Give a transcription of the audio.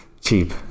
cheap